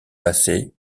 passées